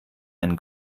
einen